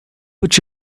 put